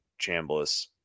Chambliss